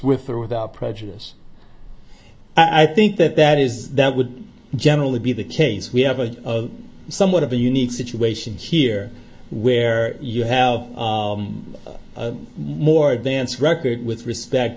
with or without prejudice i think that that is that would generally be the case we have a somewhat of a unique situation here where you have more dance record with respect